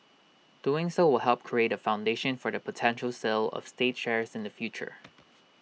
doing so will help create A foundation for the potential sale of state shares in the future